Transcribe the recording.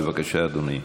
בבקשה, אדוני.